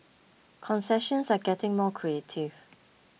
concessions are getting more creative